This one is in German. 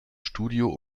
studio